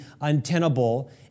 untenable